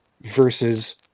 versus